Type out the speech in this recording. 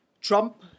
Trump